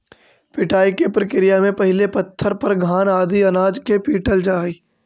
पिटाई के प्रक्रिया में पहिले पत्थर पर घान आदि अनाज के पीटल जा हइ